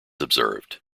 observed